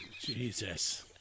Jesus